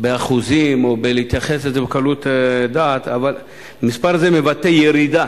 או להתייחס לזה בקלות דעת, אבל מספר זה מבטא ירידה